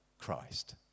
Christ